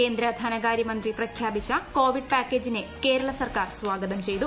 കേന്ദ്ര ധനകാരൃമന്ത്രി പ്രഖ്യാപിച്ച കോവിഡ് പാക്കേജിനെ കേരള സർക്കാർ സ്വാഗതം ചെയ്തു